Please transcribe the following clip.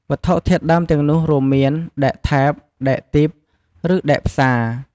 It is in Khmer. វត្ថុធាតុដើមទាំងនោះរួមមាន ដែកថែប ដែកទីប ឬដែកផ្សា។